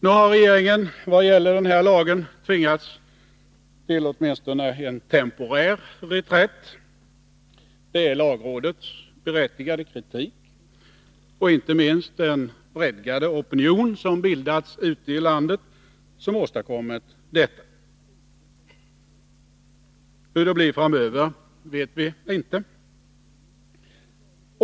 Nu har regeringen, i vad gäller det här förslaget, tvingats till åtminstone en temporär reträtt. Det är lagrådets berättigade kritik, och inte minst den vredgade opinion som bildats ute i landet, som har åstadkommit detta. Hur det blir framöver vet vi inte.